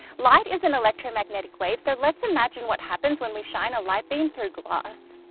light is an electromagnetic wave so let's imagine what happens when we shine a light beam through glass.